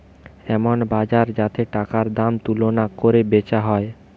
এমন বাজার যাতে টাকার দাম তুলনা কোরে বেচা হয়